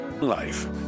life